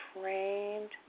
trained